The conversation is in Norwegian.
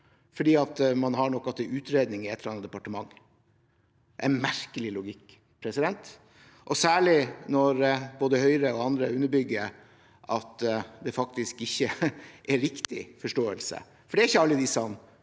fordi man har noe til utredning i et annet departement. Det er en merkelig logikk, særlig når både Høyre og andre underbygger at det faktisk ikke er riktig forståelse, for det er ikke alle disse